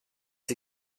sie